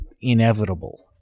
inevitable